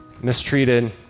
mistreated